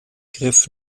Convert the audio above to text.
griff